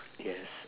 yes